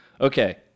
Okay